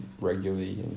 regularly